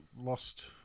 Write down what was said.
lost